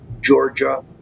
Georgia